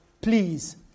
please